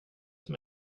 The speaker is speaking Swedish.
som